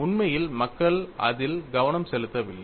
உண்மையில் மக்கள் அதில் கவனம் செலுத்தவில்லை